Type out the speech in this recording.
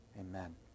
amen